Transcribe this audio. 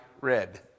red